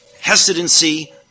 hesitancy